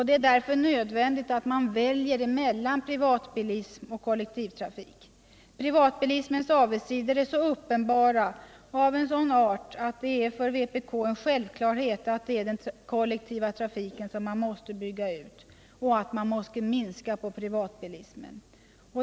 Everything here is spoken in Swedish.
Det är därför nödvändigt att välja mellan privatbilism och kollektivtrafik. Privatbilismens avigsidor är så uppenbara och av en sådan art, att det för vpk är en självklarhet att den kollektiva trafiken måste byggas ut och privatbilismen minskas.